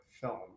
film